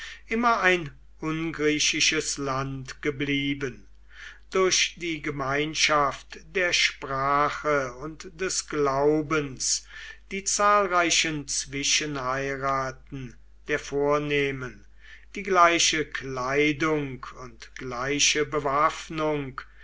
immer ein ungriechisches land geblieben durch die gemeinschaft der sprache und des glaubens die zahlreichen zwischenheiraten der vornehmen die gleiche kleidung und gleiche bewaffnung